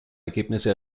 ergebnisse